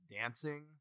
dancing